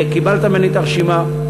קיבלת ממני את הרשימה.